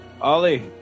Ollie